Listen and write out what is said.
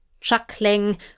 Chuckling